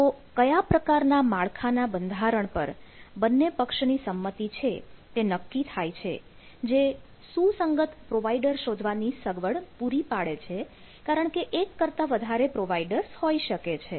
તો કયા પ્રકારના માળખાના બંધારણ પર બંને પક્ષની સંમતિ છે તે નક્કી થાય છે જે સુસંગત પ્રોવાઇડર શોધવાની સગવડ પૂરી પાડે છે કારણ કે એક કરતા વધારે પ્રોવાઈડર્સ હોઈ શકે છે